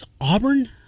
Auburn